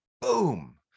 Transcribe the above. boom